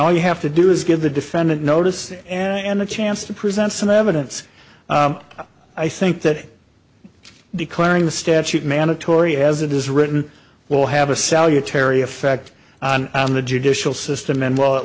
all you have to do is give the defendant notice and a chance to present some evidence i think that declaring the statute mandatory as it is written will have a salutary effect on the judicial system and well at